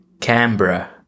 Canberra